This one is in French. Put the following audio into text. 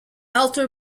alter